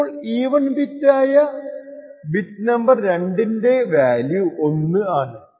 അപ്പോൾ ഈവൻ ബിറ്റായ bit number 2 ൻറെ വാല്യൂ 1 ആണ്